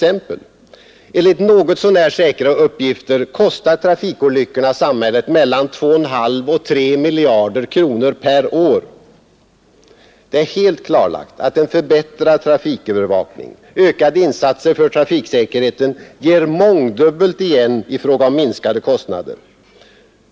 Enligt något så när säkra uppgifter kostar trafikolyckorna samhället mellan 2,5 och 3 miljarder kronor per år. Det är helt klarlagt att en förbättrad trafikövervakning och ökade insatser i övrigt för trafiksäkerheten ger mångdubbelt igen i fråga om minskade kostnader.